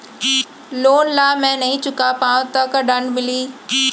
Loan ला मैं नही चुका पाहव त का दण्ड मिलही?